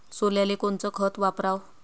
सोल्याले कोनचं खत वापराव?